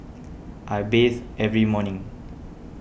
I bathe every morning